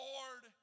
Lord